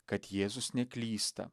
kad jėzus neklysta